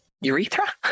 urethra